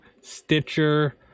Stitcher